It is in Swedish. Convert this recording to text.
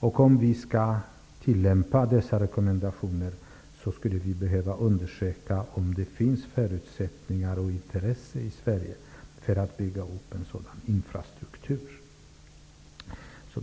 Om vi skall tillämpa de utfärdade rekommendationerna skulle vi behöva undersöka om det finns förutsättningar och intresse i Sverige för att bygga upp en sådan infrastruktur.